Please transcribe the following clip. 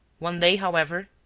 one day, however,